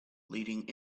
leading